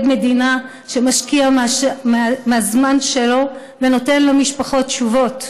מדינה שמשקיע מהזמן שלו ונותן למשפחות תשובות,